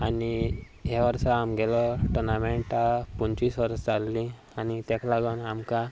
आनी ह्या वर्सा आमगेलो टुर्नामेंटा पंचवीस वर्सां जाल्लीं आनी ताका लागून आमकां